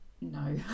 no